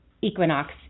equinox